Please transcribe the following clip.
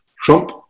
Trump